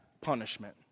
punishment